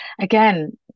again